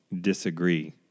disagree